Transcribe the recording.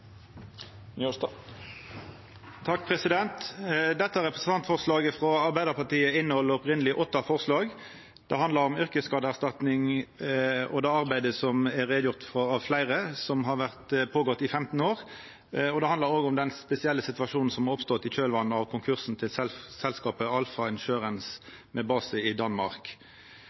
Dette representantforslaget frå Arbeidarpartiet inneheld opphavleg åtte forslag. Det handlar om yrkesskadeerstatning og det arbeidet som det er gjort greie for av fleire, som har gått føre seg i 15 år. Det handlar òg om den spesielle situasjonen som har oppstått i kjølvatnet av konkursen til selskapet Alpha Insurance med base i Danmark.